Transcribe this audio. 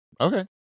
okay